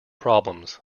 problems